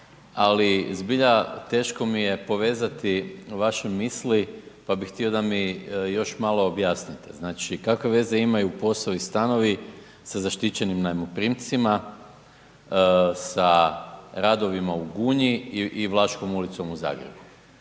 ali zbilja teško mi je povezati vaše misli pa bih htio da mi još malo objasnite. Znači kakve veze imaju POS-ovi stanovi sa zaštićenim najmoprimcima, sa radovima u Gunji i Vlaškom ulicom u Zagrebu.